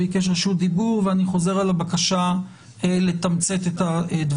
הוא ביקש רשות דיבור ואני חוזר על הבקשה לתמצת את הדברים.